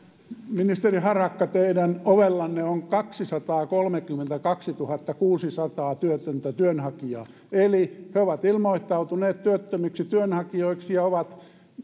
ministeri harakka teidän ovellanne on kaksisataakolmekymmentäkaksituhattakuusisataa työtöntä työnhakijaa eli he ovat ilmoittautuneet työttömiksi työnhakijoiksi ja ovat